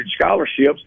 scholarships